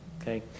okay